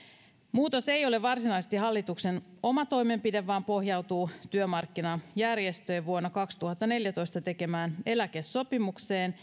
muutos ei ole varsinaisesti hallituksen oma toimenpide vaan pohjautuu työmarkkinajärjestöjen vuonna kaksituhattaneljätoista tekemään eläkesopimukseen